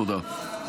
תודה.